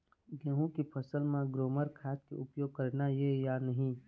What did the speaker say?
गेहूं के फसल म ग्रोमर खाद के उपयोग करना ये या नहीं?